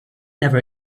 never